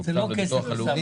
זה לא כסף נוסף,